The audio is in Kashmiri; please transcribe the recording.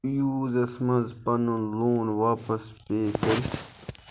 یوٗزَس منٛز پَنُن لون واپس پے کٔرِتھ